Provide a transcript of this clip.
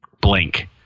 blink